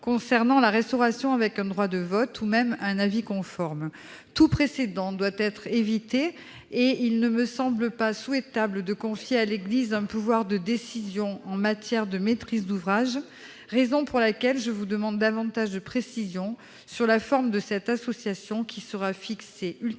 concernant la restauration, avec un droit de vote ou même un avis conforme ? Tout précédent doit être évité. Il ne me semble pas souhaitable de confier à l'Église un pouvoir de décision en matière de maîtrise d'ouvrage, raison pour laquelle je vous demande davantage de précisions sur la forme de cette association qui sera fixée ultérieurement